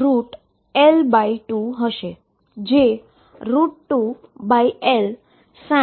sinnπxLL2 હશે જે 2LsinnπxL છે